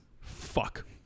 Fuck